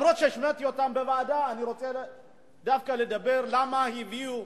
גם אם השמעתי אותם בוועדה אני רוצה דווקא לדבר על למה הביאו